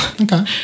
Okay